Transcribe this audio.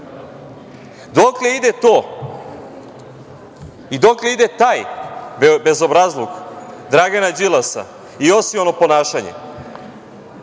ide to i dokle ide taj bezobrazluk Dragana Đilasa i osiono ponašanje?